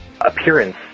appearance